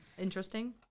interesting